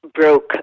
broke